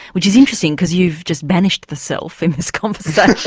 which is interesting because you've just banished the self in this conversation.